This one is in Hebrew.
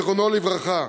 זיכרונו לברכה,